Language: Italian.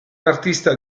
artista